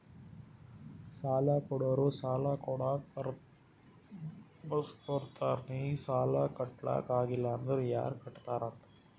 ಸಾಲಾ ಕೊಡೋರು ಸಾಲಾ ಕೊಡಾಗ್ ಬರ್ಸ್ಗೊತ್ತಾರ್ ನಿ ಸಾಲಾ ಕಟ್ಲಾಕ್ ಆಗಿಲ್ಲ ಅಂದುರ್ ಯಾರ್ ಕಟ್ಟತ್ತಾರ್ ಅಂತ್